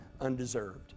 undeserved